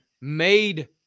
made